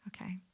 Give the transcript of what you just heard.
Okay